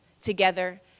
together